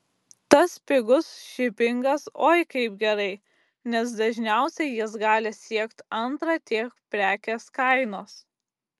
tas pigus šipingas oi kaip gerai nes dažniausiai jis gali siekt antrą tiek prekės kainos